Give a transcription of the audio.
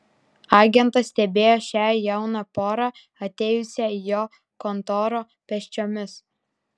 agentas stebėjo šią jauną porą atėjusią į jo kontorą pėsčiomis